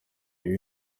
iba